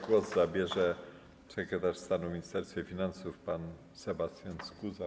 Głos zabierze sekretarz stanu w Ministerstwie Finansów pan Sebastian Skuza.